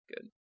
good